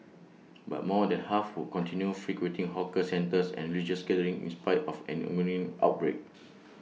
but more than half would continue frequenting hawker centres and religious gatherings in spite of an ongoing outbreak